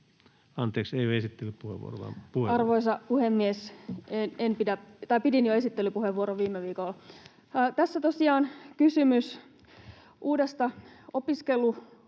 Arvoisa puhemies! Pidin jo esittelypuheenvuoron viime viikolla. Tässä on tosiaan kysymys uudesta opiskeluun